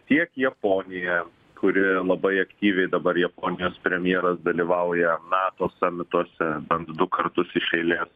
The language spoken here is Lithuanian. tiek japonija kuri labai aktyviai dabar japonijos premjeras dalyvauja nato samituose bent du kartus iš eilės